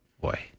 boy